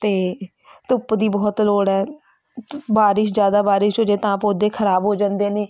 ਅਤੇ ਧੁੱਪ ਦੀ ਬਹੁਤ ਲੋੜ ਹੈ ਬਾਰਿਸ਼ ਜ਼ਿਆਦਾ ਬਾਰਿਸ਼ ਹੋਜੇ ਤਾਂ ਪੌਦੇ ਖ਼ਰਾਬ ਹੋ ਜਾਂਦੇ ਨੇ